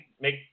make